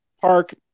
park